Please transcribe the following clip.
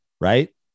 right